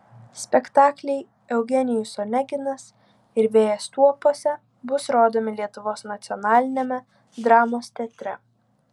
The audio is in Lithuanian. spektakliai eugenijus oneginas ir vėjas tuopose bus rodomi lietuvos nacionaliniame dramos teatre